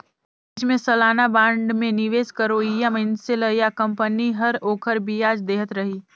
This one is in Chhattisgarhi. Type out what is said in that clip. बीच बीच मे सलाना बांड मे निवेस करोइया मइनसे ल या कंपनी हर ओखर बियाज देहत रही